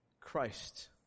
Christ